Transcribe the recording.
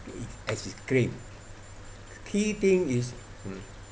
as it claimed key thing is mm